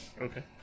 Okay